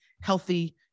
healthy